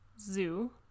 zoo